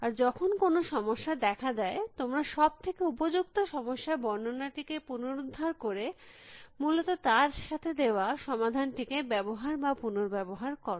আর যখন কোনো সমস্যা দেখা দেয় তোমরা সব থেকে উপযুক্ত সমস্যার বর্ণনা টিকে পুনরুদ্ধার করে মূলত তার সাথে দেওয়া সমাধান টিকে ব্যবহার বা পুনর্ব্যবহার করো